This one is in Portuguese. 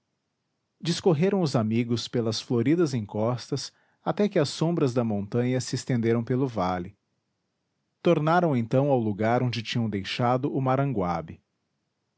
puríssimo discorreram os amigos pelas floridas encostas até que as sombras da montanha se estenderam pelo vale tornaram então ao lugar onde tinham deixado o maranguab